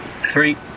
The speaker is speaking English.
Three